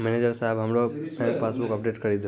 manager साहेब हमरो bank passbook update करि दहो